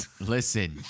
Listen